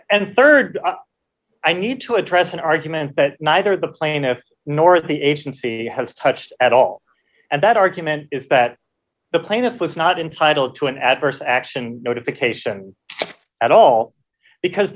and rd i need to address an argument that neither the plaintiffs nor the agency has touched at all and that argument is that the plaintiff was not entitled to an adverse action notification at all because